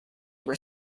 were